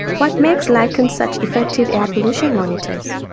what makes lichens such effective air pollution monitors?